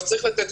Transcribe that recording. צריך לתת